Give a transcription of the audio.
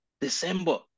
December